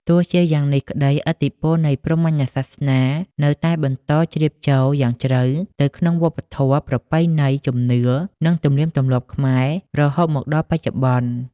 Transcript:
ទោះជាយ៉ាងនេះក្ដី ឥទ្ធិពលនៃព្រហ្មញ្ញសាសនានៅតែបន្តជ្រាបចូលយ៉ាងជ្រៅទៅក្នុង វប្បធម៌ ប្រពៃណី ជំនឿ និងទំនៀមទម្លាប់ខ្មែរ រហូតមកដល់បច្ចុប្បន្ន។